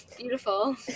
Beautiful